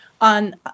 on